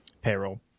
payroll